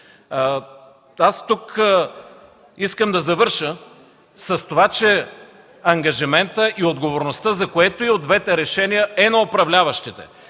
Тук искам да завършва с това, че ангажиментът и отговорността, за което и да е от двете решения, е на управляващите,